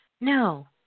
No